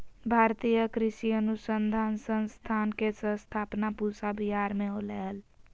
भारतीय कृषि अनुसंधान संस्थान के स्थापना पूसा विहार मे होलय हल